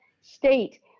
state